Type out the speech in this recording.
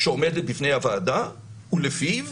שעומדת בפני הוועדה, ולפיו